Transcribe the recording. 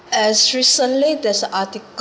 as recently there's an article